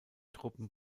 truppen